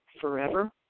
forever